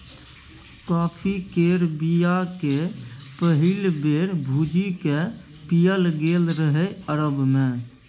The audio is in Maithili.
कॉफी केर बीया केँ पहिल बेर भुजि कए पीएल गेल रहय अरब मे